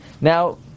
Now